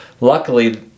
luckily